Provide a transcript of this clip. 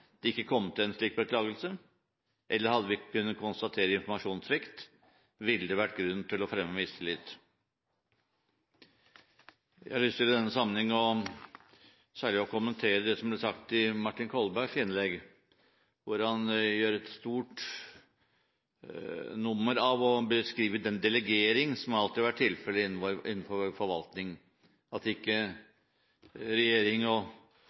det ikke kommet en slik beklagelse, eller hadde vi kunnet konstatere informasjonssvikt, ville det vært grunn til å fremme mistillit. Jeg har i denne sammenheng særlig lyst til å kommentere det som ble sagt i Martin Kolbergs innlegg. Han gjorde et stort nummer av å beskrive den delegering som alltid har vært tilfellet innenfor forvaltningen, at ikke regjering og